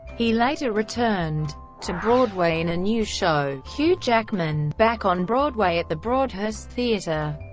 he later returned to broadway in a new show, hugh jackman back on broadway at the broadhurst theatre,